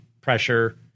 pressure